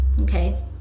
Okay